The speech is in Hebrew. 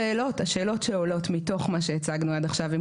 השאלות שעולות מתוך מה שהצגנו עד עכשיו הן